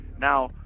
now